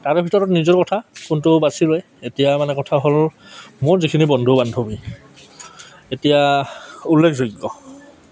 তাৰে ভিতৰত নিজৰ কথা কোনটো বাছি লয় এতিয়া মানে কথা হ'ল মোৰ যিখিনি বন্ধু বান্ধৱী এতিয়া উল্লেখযোগ্য